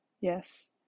Yes